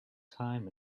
time